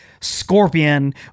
Scorpion